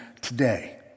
today